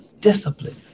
Discipline